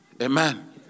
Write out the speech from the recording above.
Amen